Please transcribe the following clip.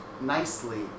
nicely